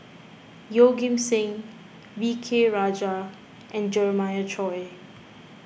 Yeoh Ghim Seng V K Rajah and Jeremiah Choy